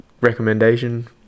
recommendation